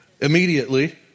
Immediately